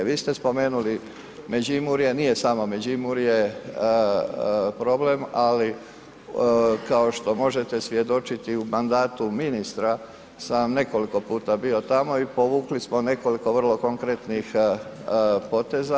Vi ste spomenuli Međimurje, nije samo Međimurje problem ali kao što možete svjedočiti u mandatu ministra sam vam nekoliko puta bio tamo i povukli smo nekoliko vrlo konkretnih poteza.